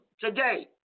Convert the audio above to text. today